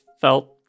felt